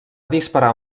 disparar